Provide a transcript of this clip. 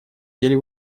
деле